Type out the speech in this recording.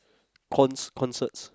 con~ concerts